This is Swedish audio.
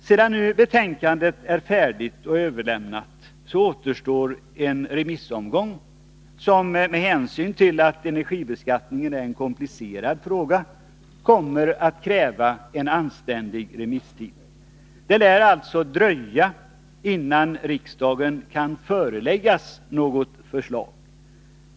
Sedan nu betänkandet är färdigt och överlämnat återstår en remissomgång, som med hänsyn till att energibeskattningen är en komplicerad fråga kommer att kräva en anständig remisstid. Det lär alltså dröja innan riksdagen kan föreläggas något förslag.